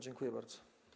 Dziękuję bardzo.